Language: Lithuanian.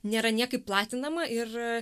nėra niekaip platinama ir